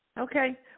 Okay